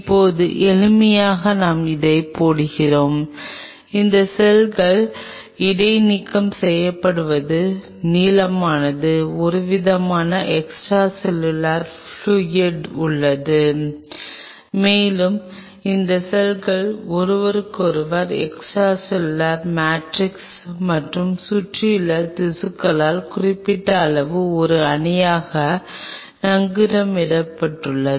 இப்போது எளிமைக்காக நான் இதைப் போடுகிறேன் இந்த செல்கள் இடைநீக்கம் செய்யப்படுவது நீலமானது ஒருவிதமான எக்ஸ்ட்ரா செல்லுலார் பிலுயிட் உள்ளது மேலும் இந்த செல்கள் ஒருவருக்கொருவர் எக்ஸ்ட்ரா செல்லுலார் மேட்ரிக்ஸ் மற்றும் சுற்றியுள்ள திசுக்களால் குறிப்பிட்ட அளவு ஒரு அணியாக நங்கூரமிடப்படுகின்றன